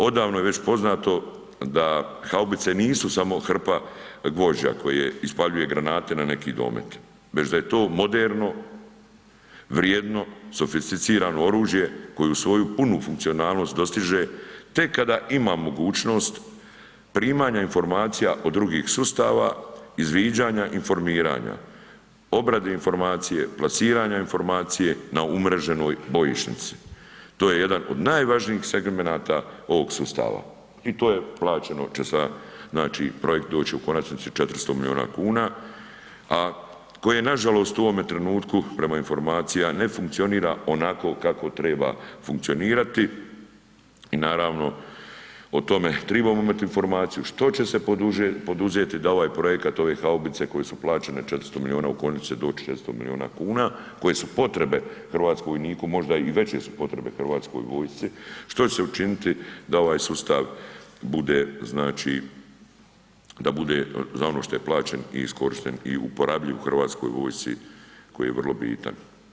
Odavno je već poznato da haubice nisu samo hrpa gvožđa koje ispaljuje granate na neki domet, već da je to moderno, vrijedno, sofisticirano oružje koje svoju punu funkcionalnost dostiže tek kada ima mogućnost primanja informacija od drugih sustava, izviđanja i informiranja, obrade informacije, plasiranja informacije na umreženoj bojišnici, to je jedan od najvažnijih segmenata ovog sustava i to je plaćeno će sada, znači projekt doći u konačnici 400 milijuna kuna, a koje nažalost u ovome trenutku prema informacija, ne funkcionira onako kako treba funkcionirati i naravno o tome tribamo imati informaciju, što će se poduzeti da ovaj projekat, ove haubice koje su plaćene 400 milijuna, u konačnici će doć 400 milijuna kuna, koje su potrebe hrvatskom vojniku, možda i veće su potrebe Hrvatskoj vojsci, što će se učiniti da ovaj sustav bude, znači da bude za ono šta je plaćen i iskorišten i uporabljiv u Hrvatskoj vojsci koji je vrlo bitan.